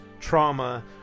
trauma